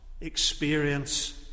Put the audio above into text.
experience